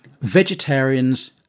vegetarians